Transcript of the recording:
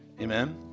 Amen